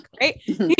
right